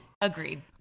Agreed